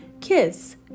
KISS